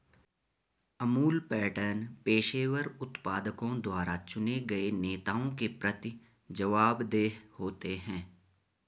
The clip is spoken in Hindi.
अमूल पैटर्न पेशेवर उत्पादकों द्वारा चुने गए नेताओं के प्रति जवाबदेह होते हैं